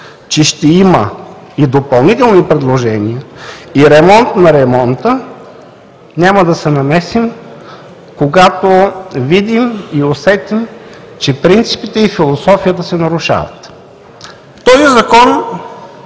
че ще има и допълнителни предложения, и ремонт на ремонта – няма да се намесим, когато видим и усетим, че принципите и философията се нарушават. Този закон,